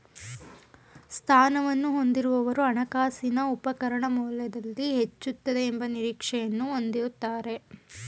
ಸ್ಥಾನವನ್ನು ಹೊಂದಿರುವವರು ಹಣಕಾಸಿನ ಉಪಕರಣ ಮೌಲ್ಯದಲ್ಲಿ ಹೆಚ್ಚುತ್ತದೆ ಎಂಬ ನಿರೀಕ್ಷೆಯನ್ನು ಹೊಂದಿರುತ್ತಾರೆ